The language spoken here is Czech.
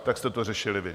Tak jste to řešili vy.